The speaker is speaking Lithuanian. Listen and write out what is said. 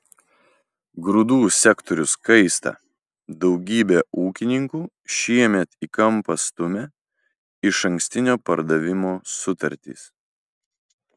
grūdų sektorius kaista daugybę ūkininkų šiemet į kampą stumia išankstinio pardavimo sutartys